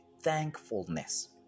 thankfulness